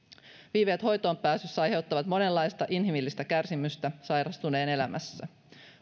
viiveet hoitoonpääsyssä aiheuttavat monenlaista inhimillistä kärsimystä sairastuneen elämässä